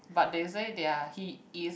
but they say they are he is